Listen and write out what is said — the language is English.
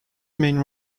main